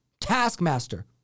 Taskmaster